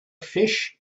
fish